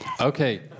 Okay